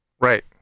Right